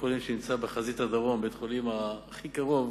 בית-חולים שנמצא בחזית הדרום, בית-החולים הכי קרוב